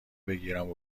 بگیرم